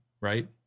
Right